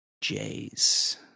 Jays